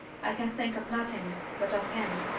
i can think of nothing but of him.